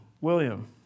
William